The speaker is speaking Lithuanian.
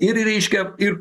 ir reiškia ir